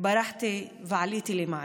ברחתי ועליתי למעלה.